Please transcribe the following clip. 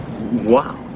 wow